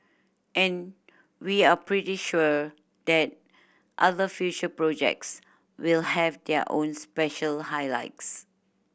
and we are pretty sure that other future projects will have their own special highlights